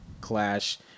clash